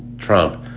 trump,